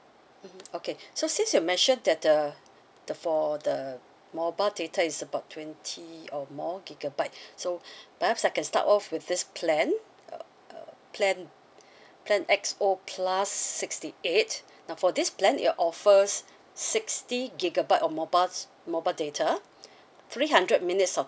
mmhmm okay so since you mentioned that the the for the mobile data is about twenty or more gigabyte so perhaps I can start off with this plan uh uh plan plan X O plus sixty eight now for this plan it offers sixty gigabyte of mobile mobile data three hundred minutes of